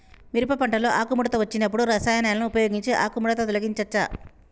మిరప పంటలో ఆకుముడత వచ్చినప్పుడు రసాయనాలను ఉపయోగించి ఆకుముడత తొలగించచ్చా?